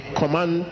command